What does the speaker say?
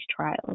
trials